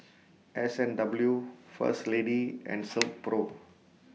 S and W First Lady and Silkpro